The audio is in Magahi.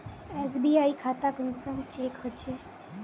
एस.बी.आई खाता कुंसम चेक होचे?